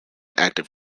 active